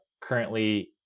currently